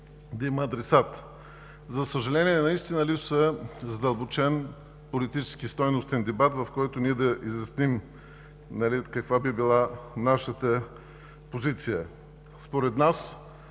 да има адресат. За съжаление, наистина липсва задълбочен, политически, стойностен дебат, в който да изясним каква би била нашата позиция. Според нас,